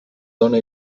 dóna